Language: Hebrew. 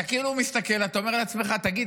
אתה כאילו מסתכל ואתה אומר לעצמך: תגיד,